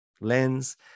lens